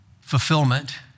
fulfillment